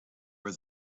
was